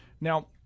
Now